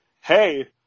hey